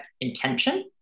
intention